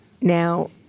Now